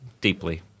Deeply